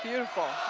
beautiful